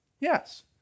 Yes